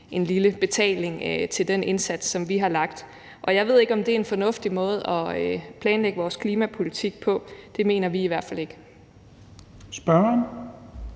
en lille betaling til den indsats, som vi har lagt. Og jeg ved ikke, om det er en fornuftig måde at planlægge vores klimapolitik på. Det mener vi i hvert fald ikke.